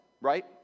right